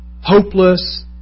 hopeless